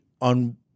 on